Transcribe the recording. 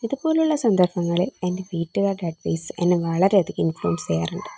ഇതുപോലെയുള്ള സന്ദർഭങ്ങളിൽ എൻ്റെ വീട്ടുകാരുടെ അഡ്വൈസ് എന്നെ വളരെ അധികം ഇൻഫ്ലുവെൻസ് ചെയ്യാറുണ്ട്